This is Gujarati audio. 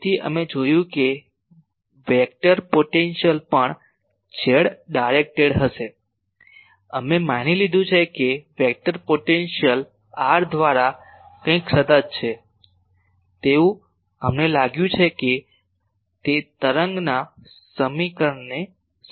તેથી અમે જોયું કે વેક્ટર પોટેન્શિયલ પણ z ડાયરેક્ટેડ હશે અમે માની લીધું છે કે વેક્ટર પોટેન્શિયલ r દ્વારા કંઇક સતત છે તેવું અમને લાગ્યું છે કે તે તરંગના સમીકરણને સંતોષકારક છે